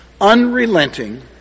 unrelenting